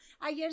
ayer